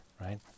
right